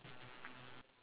to his face